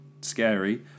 scary